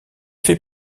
fait